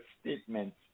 statements